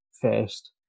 first